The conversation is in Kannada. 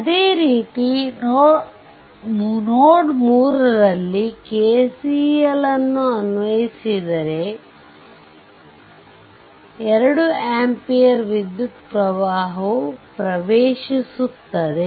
ಅದೇ ರೀತಿ ನೋಡ್ 3 ನಲ್ಲಿ KCL ಅನ್ವಯಿಸಬಹುದು ಆದ್ದರಿಂದ 2 ಆಂಪಿಯರ್ ವಿದ್ಯುತ್ ಪ್ರವಾಹವು ಪ್ರವೇಶಿಸುತ್ತಿದೆ